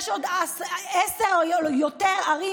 יש עוד עשר ערים